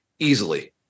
easily